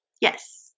Yes